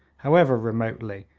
however remotely,